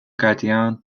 gardien